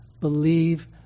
Believe